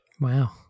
wow